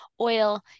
oil